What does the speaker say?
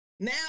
Now